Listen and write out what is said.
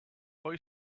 boy